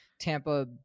Tampa